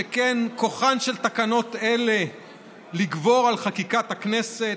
שכן כוחן של תקנות אלה לגבור על חקיקת כנסת,